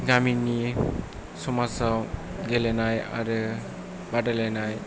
गामिनि समाजाव गेलेनाय आरो बादायलायनाय